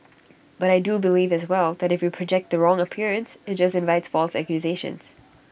but I do believe as well that if you project the wrong appearance IT just invites false accusations